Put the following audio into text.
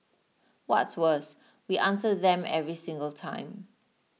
what's worse we answer them every single time